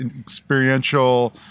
experiential